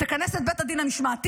תכנס את בית הדין המשמעתי,